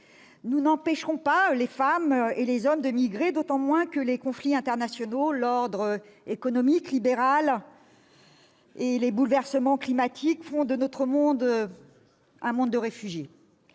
Nous n'empêcherons pas les femmes et les hommes de migrer, d'autant moins que les conflits internationaux, l'ordre économique libéral établi et les bouleversements climatiques font de notre monde un monde de réfugiés.